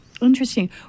Interesting